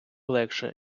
легше